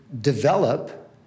develop